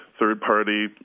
Third-party